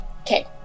Okay